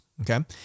okay